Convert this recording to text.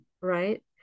Right